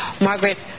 Margaret